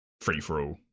free-for-all